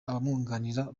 abamwunganira